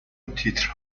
تیتر